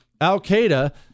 Al-Qaeda